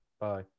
Bye